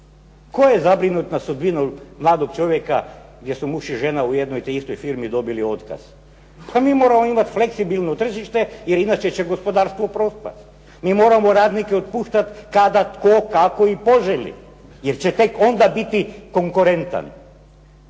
tko je zabrinut nad sudbinom mladog čovjeka gdje su muž i žena u jednoj te istoj firmi dobili otkaz, pa mi moramo imati fleksibilno tržište jer inače će gospodarstvo propasti, mi moramo radnike otpuštati kada tko i kako poželi jer će tek onda biti konkurentan.